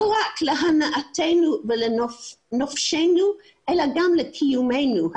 לא רק להנאתנו ולנופשנו אלא גם לקיומנו.